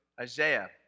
Isaiah